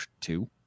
two